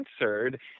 answered